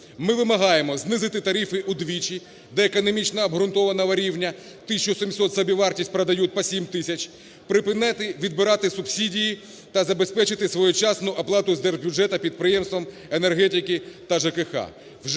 Ми вимагаємо знизити тарифи вдвічі, до економічно обґрунтованого рівня. Тисяча сімсот – собівартість, продають по сім тисяч. Припинити відбирати субсидії та забезпечити своєчасну оплату з держбюджету підприємствам енергетики та ЖКГ.